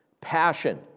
passion